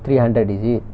three hundred is it